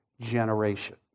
generation